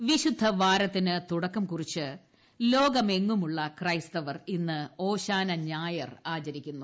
ഓശാന വിശുദ്ധ വാരത്തിന് തുടക്കം കുറിച്ച് ലോകമെങ്ങുമുള്ള ക്രൈസ്തവർ ഇന്ന് ഓശാന ഞായർ ആചരിക്കുന്നു